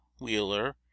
Wheeler